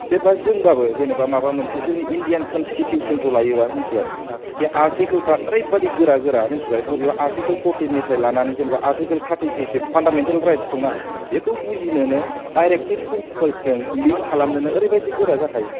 जेनबा जोंबाबो जेनबा माबा मोनसे जोंनि इनदियान कनस्थिथिउसनखौ लायोबा मिथिबाय बे आरथिकलफ्रा आरै बायदि गोरा गोरा मिथिबाय बबे आरथिकल फरतिननिफ्राय लानानै जेनबा आरथिकल थार्थिथुसिम फानदामेन्टेल राइटस दंना बेखौ बुजिनोनो डाइरेकथिब फ्रिनसिफालसजों लिंक खालामनोनो ओरैबायदि गोरा जाखायो